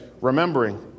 remembering